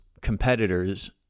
competitors